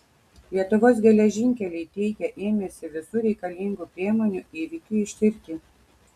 lietuvos geležinkeliai teigia ėmęsi visų reikalingų priemonių įvykiui ištirti